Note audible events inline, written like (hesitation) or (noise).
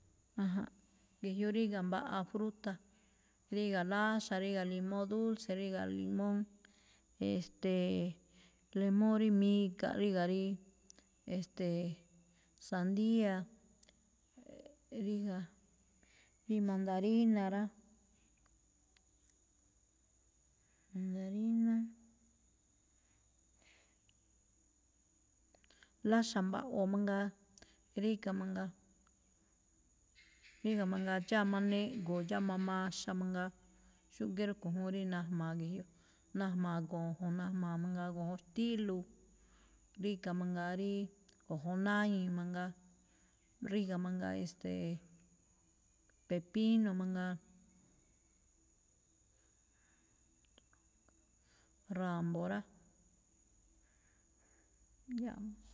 Ge̱jyoꞌ ríga̱ mbaꞌa fruta, ríga̱ láxa̱, ríga̱ limóo dulce, ríga̱ limón, e̱ste̱e̱, (hesitation) lemóo rí miga̱ꞌ, ríga̱ rí, e̱ste̱e̱, sandía, ríga̱ rí mandarina rá. (hesitation) láxa̱ mba̱ꞌwo̱ mangaa ríga̱ mangaa, (noise) ríga mangaa ndxáama (noise) neꞌgo̱o̱, ndxáama maxa (noise) mangaa. Xúgíí rúꞌkho̱ juun rí najma̱a̱ ge̱jyoꞌ. Najma̱a̱ go̱jo̱n, najma̱a̱ mangaa go̱jo̱n xtílo̱o̱, ríga̱ mangaa ríí go̱jo̱n náñi̱i̱ mangaa, ríga̱ mangaa e̱ste̱e̱, (hesitation) pepino mangaa. (hesitation) ra̱mbo̱ rá.